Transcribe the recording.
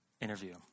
interview